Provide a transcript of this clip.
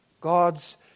God's